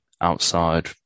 outside